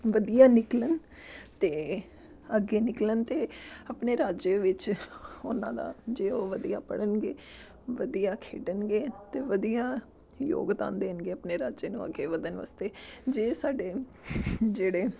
ਵਧੀਆ ਨਿਕਲਣ ਅਤੇ ਅੱਗੇ ਨਿਕਲਣ ਅਤੇ ਆਪਣੇ ਰਾਜ ਵਿੱਚ ਉਹਨਾਂ ਦਾ ਜੇ ਉਹ ਵਧੀਆ ਪੜ੍ਹਨਗੇ ਵਧੀਆ ਖੇਡਣਗੇ ਅਤੇ ਵਧੀਆ ਯੋਗਦਾਨ ਦੇਣਗੇ ਆਪਣੇ ਰਾਜ ਨੂੰ ਅੱਗੇ ਵਧਣ ਵਾਸਤੇ ਜੇ ਸਾਡੇ ਜਿਹੜੇ